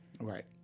Right